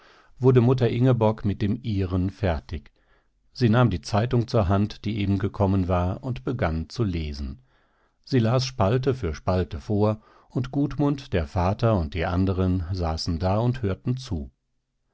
wurde mutter ingeborg mit dem ihren fertig sie nahm die zeitung zur hand die eben gekommen war und begann zu lesen sie las spalte für spalte vor und gudmund der vater und die andern saßen da und hörten zu